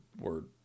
word